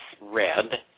red